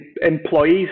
employees